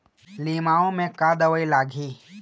लिमाऊ मे का दवई लागिही?